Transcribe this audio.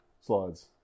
slides